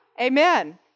amen